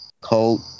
cold